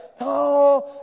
No